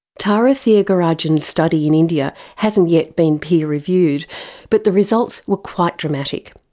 tara thiagarajan's study in india hasn't yet been peer reviewed but the results were quite dramatic.